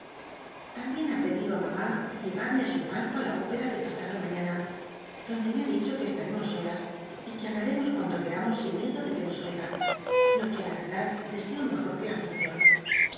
también ha pedido á mamá llevarme á su palco á ja ópera de pasado mañana donde me ha dicho que estaremos solas y que hablaremos cuanto queramos sin miedo de que nos oigan lo que á la verdad deseo mejor que la función